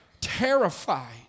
terrified